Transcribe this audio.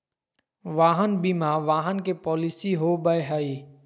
वाहन बीमा वाहन के पॉलिसी हो बैय हइ